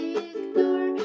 ignore